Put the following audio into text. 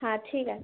হ্যাঁ ঠিক আছে